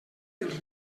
dels